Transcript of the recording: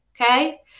okay